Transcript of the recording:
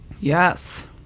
Yes